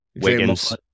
Wiggins